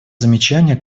замечание